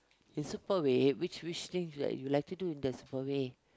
is super way which which things you like you like to do in the super way